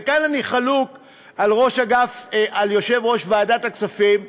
וכאן אני חלוק על יושב-ראש ועדת הכספים,